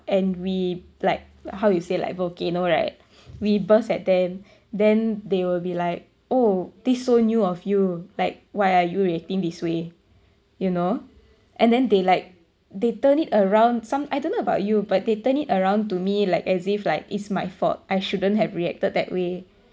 and we like how you say like volcano right we burst at them then they will be like oh this so new of you like why are you reacting this way you know and then they like they turn it around some I don't know about you but they turn it around to me like as if like it's my fault I shouldn't have reacted that way